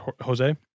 Jose